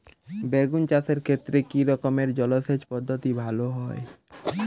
বেগুন চাষের ক্ষেত্রে কি রকমের জলসেচ পদ্ধতি ভালো হয়?